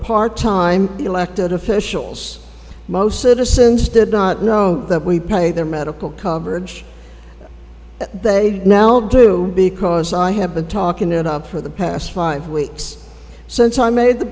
part time elected officials most citizens did not know that we pay their medical coverage they now will do because i have been talking it up for the past five weeks since i made the